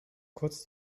kurz